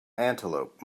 antelope